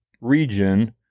region